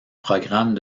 programmes